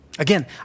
Again